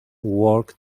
work